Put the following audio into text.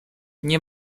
nie